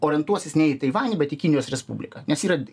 orientuosis ne į taivanį bet į kinijos respubliką nes yra